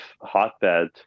hotbed